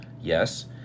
yes